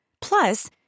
Plus